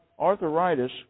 arthritis